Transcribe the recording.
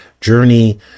journey